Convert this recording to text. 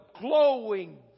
glowing